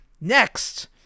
Next